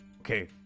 Okay